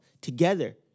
together